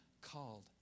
called